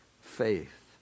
faith